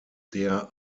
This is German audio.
der